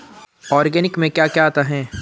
Organic में क्या क्या आता है?